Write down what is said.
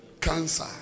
cancer